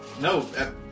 No